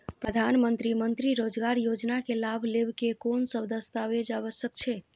प्रधानमंत्री मंत्री रोजगार योजना के लाभ लेव के कोन सब दस्तावेज आवश्यक छै?